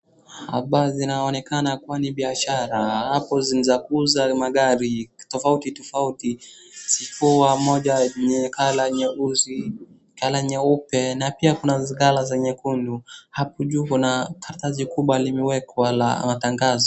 Hapa zinaonekana kuwa ni biashara, hapo ni za kuuza magari tofauti tofauti. Kuwa moja ni colour nyeusi , colour nyeupe na pia kuna colour nyekundu, hapo juu kuna karatasi kubwa limewekwa la matangazo.